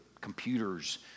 computers